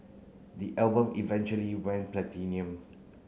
the album eventually went platinum